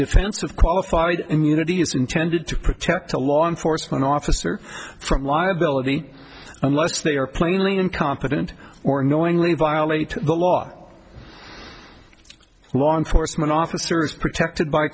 defense of qualified immunity is intended to protect a law enforcement officer from liability unless they are plainly incompetent or knowingly violate the law law enforcement officer is protected by